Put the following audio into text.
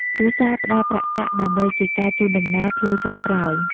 គ្រួសារផ្ដល់ប្រាក់កាក់ដើម្បីជាការជូនដំណើរផ្លូវចុងក្រោយ។